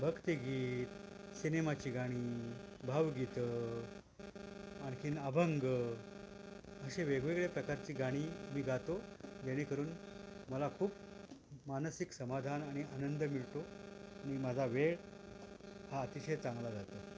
भक्तगीत सिनेमाची गाणी भावगीतं आणखी आभंग असे वेगवेगळ्या प्रकारची गाणी मी गातो जेणेकरून मला खूप मानसिक समाधान आणि आनंद मिळतो आणि माझा वेळ हा अतिशय चांगला जातो